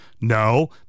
No